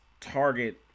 target